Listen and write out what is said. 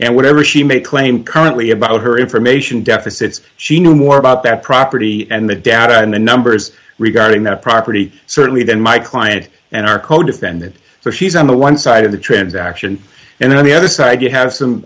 and whatever she may claim currently about her information deficits she knew more about that property and the data and the numbers regarding that property certainly than my client and our codefendant so she's on the one side of the transaction and on the other side you have some